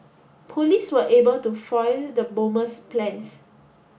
police were able to foil the bomber's plans